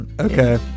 Okay